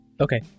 Okay